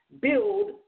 Build